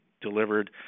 delivered